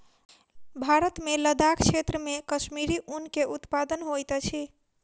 भारत मे लदाख क्षेत्र मे कश्मीरी ऊन के उत्पादन होइत अछि